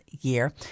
year